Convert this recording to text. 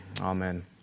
amen